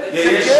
זה כן,